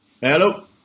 Hello